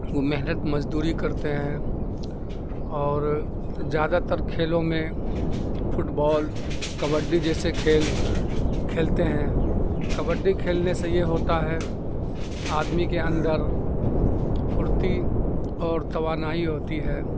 وہ محنت مزدوری کرتے ہیں اور زیادہ تر کھیلوں میں فٹ بال کبڈی جیسے کھیل کھیلتے ہیں کبڈی کھیلنے سے یہ ہوتا ہے آدمی کے اندر پھرتی اور توانائی ہوتی ہے